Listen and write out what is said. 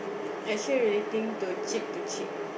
actually relating to cheek to cheek